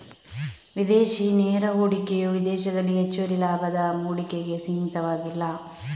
ವಿದೇಶಿ ನೇರ ಹೂಡಿಕೆಯು ವಿದೇಶದಲ್ಲಿ ಹೆಚ್ಚುವರಿ ಲಾಭದ ಹೂಡಿಕೆಗೆ ಸೀಮಿತವಾಗಿಲ್ಲ